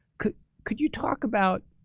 could could you talk about